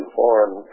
foreign